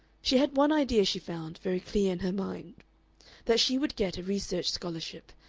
she had one idea, she found, very clear in her mind that she would get a research scholarship,